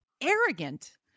arrogant